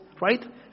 Right